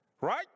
right